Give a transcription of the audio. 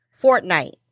Fortnite